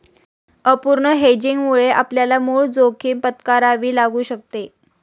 अपूर्ण हेजिंगमुळे आपल्याला मूळ जोखीम पत्करावी लागू शकते